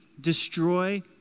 destroy